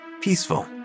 Peaceful